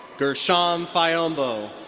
gershom fayombo.